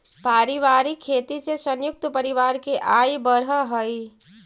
पारिवारिक खेती से संयुक्त परिवार के आय बढ़ऽ हई